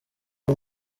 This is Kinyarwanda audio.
ari